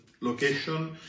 location